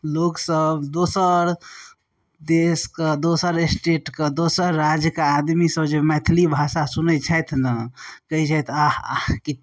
लोक सब दोसर देशके दोसर स्टेटके दोसर राज्यके आदमी सब जे मैथिली भाषा सुनय छथि ने कहय छथि आह आह